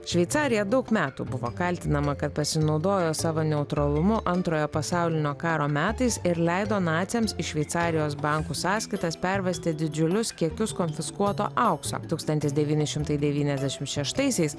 šveicarija daug metų buvo kaltinama kad pasinaudojo savo neutralumu antrojo pasaulinio karo metais ir leido naciams į šveicarijos bankų sąskaitas pervesti didžiulius kiekius konfiskuoto aukso tūkstantis devyni šimtai devyniasdešim šeštaisiais